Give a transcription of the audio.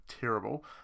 terrible